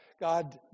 God